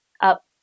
up